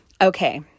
Okay